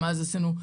גם אז עשינו,